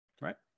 Right